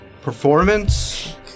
Performance